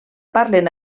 parlen